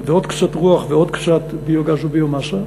ועוד קצת רוח ועוד קצת ביו-גז וביו-מאסה,